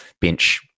bench